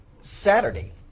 Saturday